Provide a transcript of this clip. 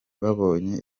babonye